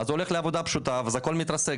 אז הוא הולך לעבודה פשוטה והכול מתרסק,